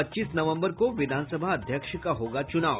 पच्चीस नवंबर को विधानसभा अध्यक्ष का होगा चुनाव